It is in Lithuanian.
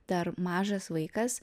dar mažas vaikas